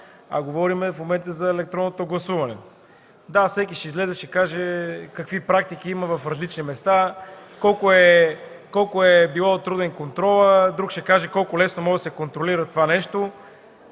говорим в момента за електронното гласуване. Да, всеки ще излезе и ще каже какви практики има в различни места, колко е бил труден контролът, друг ще каже колко лесно може да се контролира това нещо,